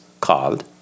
called